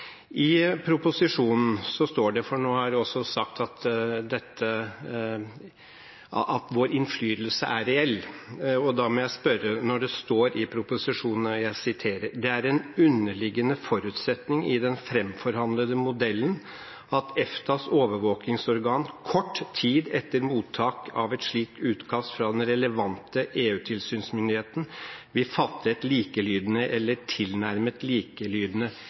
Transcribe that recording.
i proposisjonen at det i utgangspunktet ikke skal forekomme. Ja, det står til og med at «Det er en underliggende forutsetning i den fremforhandlete modellen at EFTAs overvåkingsorgan, kort tid etter mottak av et slikt utkast fra den relevante EU-tilsynsmyndigheten, vil fatte et likelydende eller tilnærmet likelydende